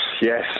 yes